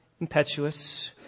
impetuous